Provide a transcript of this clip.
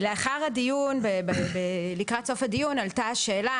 לאחר הדיון, לקראת סוף הדיון עלתה השאלה.